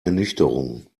ernüchterung